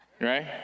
Right